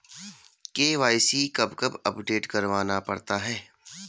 KYC कब कब update करवाना पड़ता है?